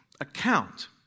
account